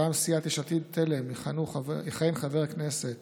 מטעם סיעת יש עתיד-תל"ם יכהנו חברי הכנסת